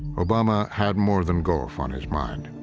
obama had more than golf on his mind.